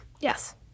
Yes